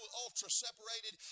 ultra-separated